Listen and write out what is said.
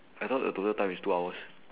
I thought the total time is two hours